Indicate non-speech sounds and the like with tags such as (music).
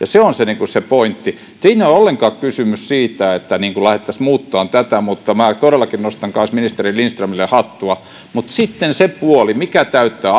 (unintelligible) se on se pointti siinä ei ole ollenkaan kysymys siitä että lähdettäisiin muuttamaan tätä mutta minä todellakin nostan kanssa ministeri lindströmille hattua mutta sitten se puoli mikä täyttää (unintelligible)